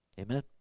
Amen